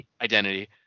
identity